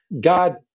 God